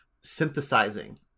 synthesizing